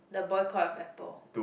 the boycott of Apple